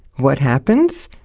what happens?